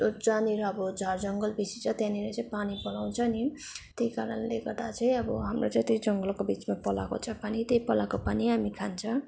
जहाँनिर अब झार जङ्गल बेसी छ त्यहाँनिर चाहिँ पानी पलाउँछ नि त्यही कारणले गर्दा चाहिँ अब हाम्रो चाहिँ त्यही जङ्गलको बिचमा पलाएको छ पानी त्यही पलाएको पानी हामी खान्छ